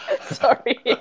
sorry